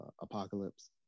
apocalypse